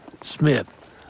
Smith